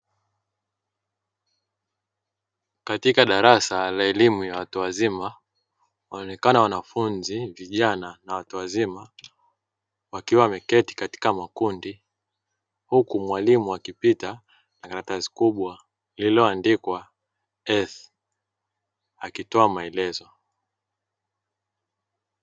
Katika darasa la elimu ya watu wazima wanaonekana wanafunzi vijana na watu wazima wakiwa wameketi katika makundi huku mwalimu akipita na karatasi kubwa lililoandikwa earth akitoa maelezo.